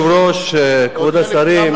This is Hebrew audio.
היושב-ראש, כבוד השרים,